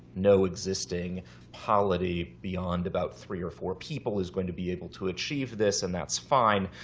no existing polity beyond about three or four people is going to be able to achieve this. and that's fine.